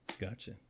gotcha